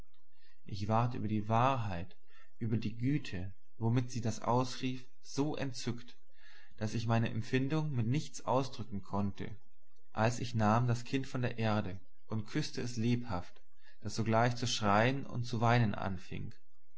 ich ward über die wahrheit über die güte womit sie das ausrief so entzückt daß ich meine empfindung mit nichts ausdrücken konnte als ich nahm das kind von der erde und küßte es lebhaft das sogleich zu schreien und zu weinen anfing